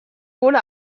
wurde